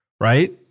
right